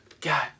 God